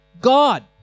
God